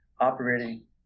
operating